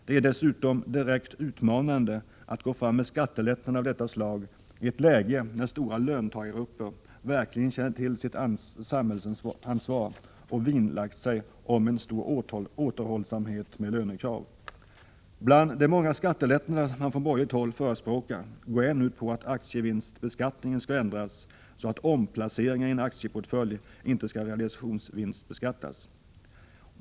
Det är dessutom direkt utmanande att gå fram med skattelättnader av detta slag i ett läge när stora löntagargrupper verkligen känner sitt samhällsansvar och har vinnlagt sig om stor återhållsamhet med lönekrav. Bland de många skattelättnader som förespråkas från borgerligt håll går en ut på att aktievinstbeskattningen skall ändras så att omplaceringar inom en aktieportfölj inte skall realisationsvinstbeskattas.